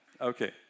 Okay